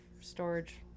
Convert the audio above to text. storage